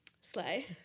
Slay